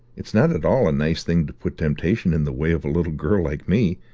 it's not at all a nice thing to put temptation in the way of a little girl like me.